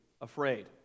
afraid